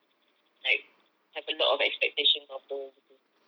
like have a lot of expectations of her gitu